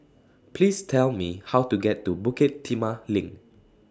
Please Tell Me How to get to Bukit Timah LINK